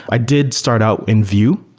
i did start out in vue.